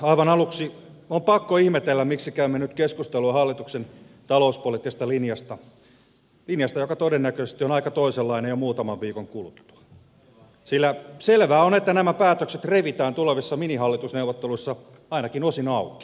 aivan aluksi on pakko ihmetellä miksi käymme nyt keskustelua hallituksen talouspoliittisesta linjasta linjasta joka todennäköisesti on aika toisenlainen jo muutaman viikon kuluttua sillä selvää on että nämä päätökset revitään tulevissa minihallitusneuvotteluissa ainakin osin auki